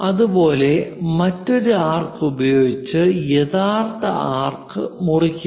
അതുപോലെ മറ്റൊരു ആർക് ഉപയോഗിച്ച് യഥാർത്ഥ ആർക്ക് മുറിക്കുക